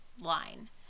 line